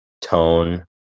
tone